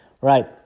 Right